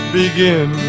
begin